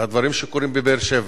והדברים שקורים בבאר-שבע,